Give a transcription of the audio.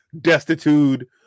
destitute